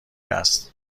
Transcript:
است